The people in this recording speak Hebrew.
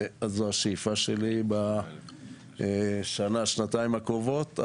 וזו השאיפה שלי בשנה-שנתיים הקרובות.